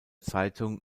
zeitung